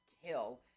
Hill